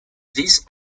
this